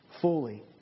fully